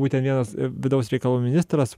būtent vienas vidaus reikalų ministras